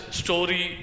story